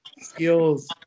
skills